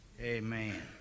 Amen